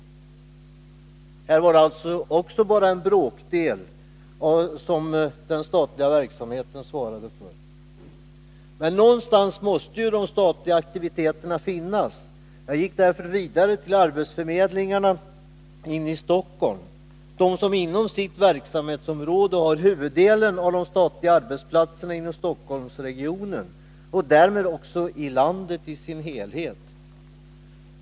Även här var det alltså bara en bråkdel som den statliga verksamheten svarade för. Men någonstans måste ju de statliga aktiviteterna finnas. Jag gick därför vidare till arbetsförmedlingarna inne i Stockholm, de som inom sitt verksamhetsområde har huvuddelen av de statliga arbetsplatserna inom Stockholmsregionen och därmed också i landet i dess helhet.